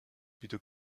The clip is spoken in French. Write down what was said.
plutôt